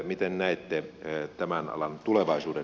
miten näette tämän alan tulevaisuuden